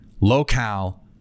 low-cal